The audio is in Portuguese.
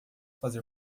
fazer